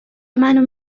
منو